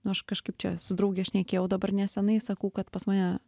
nu aš kažkaip čia su drauge šnekėjau dabar nesenai sakau kad pas mane